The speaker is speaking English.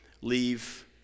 leave